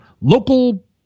local